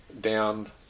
down